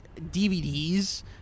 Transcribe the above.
DVDs